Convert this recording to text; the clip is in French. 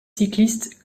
cyclistes